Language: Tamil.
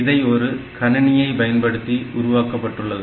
இதை ஒரு கணினியை பயன்படுத்தி உருவாக்கப்பட்டுள்ளது